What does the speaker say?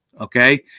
okay